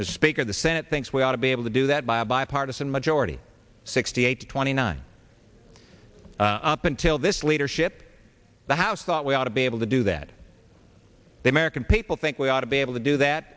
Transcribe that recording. the speaker of the senate thinks we ought to be able to do that by a bipartisan majority sixty eight twenty nine up until this leadership the house thought we ought to be able to do that the american people think we ought to be able to do that